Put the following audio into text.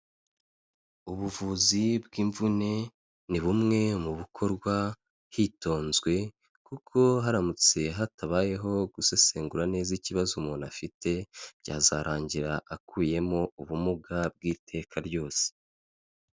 Ubuvuzi bw'imvune, ni bumwe mu bikorwa hitonzwe, kuko haramutse hatabayeho gusesengura neza ikibazo umuntu afite, byazarangira akuyemo ubumuga bw'iteka ryose.